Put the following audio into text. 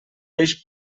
peix